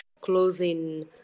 closing